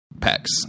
packs